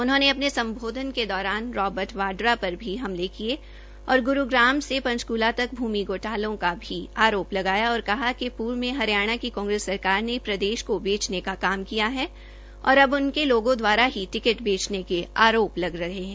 उन्होंने अपने सम्बोध्न के दौरान रॉबर्ड वाड्रा पर भी हमले किये और ग्रूग्राम से पंचकूला तक भूमि घोटालों का भी आरोप लगाया और कहा कि पूर्व में हरियाणा की कांग्रेस सरकार ने प्रदेश को बेचने का काम किया और अब उनके लोगों द्वारा ही टिकट बेचने के आरोप लग रहे है